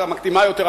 המקדימה יותר,